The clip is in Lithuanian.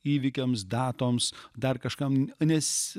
įvykiams datoms dar kažkam nes